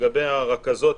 לגבי הרכזות,